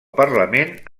parlament